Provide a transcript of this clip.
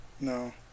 No